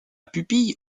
pupille